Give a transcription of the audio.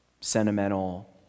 sentimental